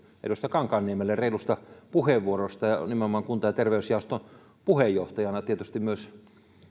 edustaja kankaanniemelle reilusta puheenvuorosta nimenomaan kunta ja terveysjaoston puheenjohtajana ja tietysti myös